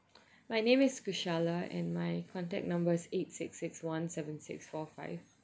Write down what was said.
my name is kushala and my contact number's eight six six one seven six four five